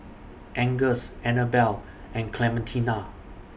Angus Annabel and Clementina